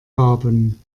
haben